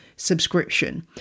subscription